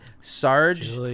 Sarge